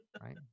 right